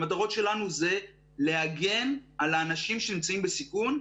המטרות שלנו זה להגן על האנשים שנמצאים בסיכון,